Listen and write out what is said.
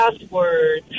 password